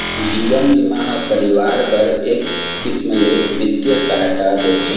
जीवन बीमा ह परिवार बर एक किसम ले बित्तीय सहायता देथे